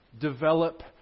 develop